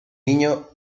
niño